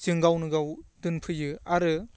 जों गावनो गाव दोनफैयो आरो